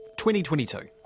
2022